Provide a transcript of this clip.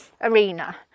arena